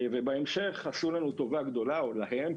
ובהמשך עשו לנו טובה גדולה או להם,